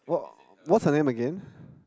what what's her name again